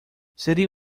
seria